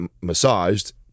massaged